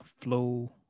flow